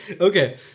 Okay